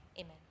amen